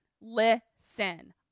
listen